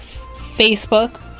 Facebook